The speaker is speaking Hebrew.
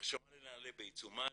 ההרשמה לנעל"ה בעיצומה,